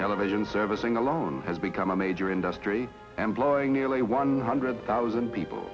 television servicing alone has become a major industry employing nearly one hundred thousand people